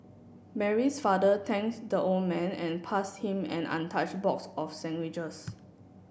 Mary's father thanked the old man and pass him an untouched box of sandwiches